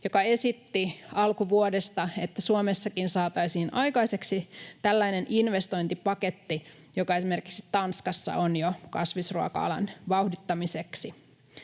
joka esitti alkuvuodesta, että Suomessakin saataisiin aikaiseksi tällainen investointipaketti, joka esimerkiksi Tanskassa on jo kasvisruoka-alan vauhdittamiseksi.